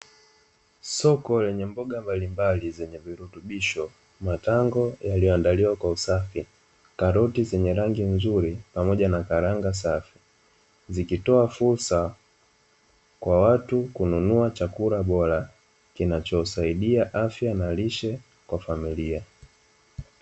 Soko lenye mboga mbalimbali zenye virutubisho matango yaliyo andaliwa kwa usafi, karoti zenye rangi nzuri pamoja na kalanga safi zikitoa fursa kwa watu kununua chakula bora kinachosaidia afya na lishe kwa familia.